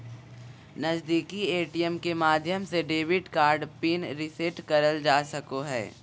नजीदीकि ए.टी.एम के माध्यम से डेबिट कार्ड पिन रीसेट करल जा सको हय